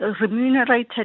remunerated